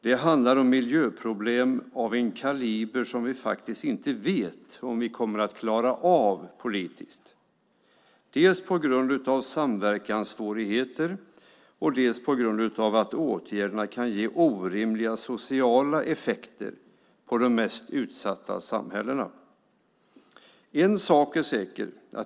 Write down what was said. Det handlar om miljöproblem av en kaliber som vi faktiskt inte vet om vi kommer att klara av politiskt, dels på grund av samverkanssvårigheter, dels på grund av att åtgärderna kan ge orimliga sociala effekter på de mest utsatta samhällena. En sak är säker.